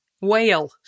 whale